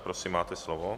Prosím, máte slovo.